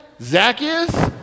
Zacchaeus